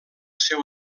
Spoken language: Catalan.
seu